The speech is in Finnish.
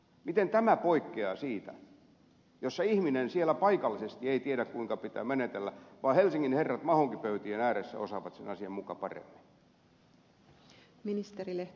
miten tämä poikkeaa siitä missä ihminen siellä paikallisesti ei tiedä kuinka pitää menetellä vaan helsingin herrat mahonkipöytien ääressä osaavat sen asian muka paremmin